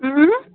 اۭں